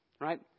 Right